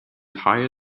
higher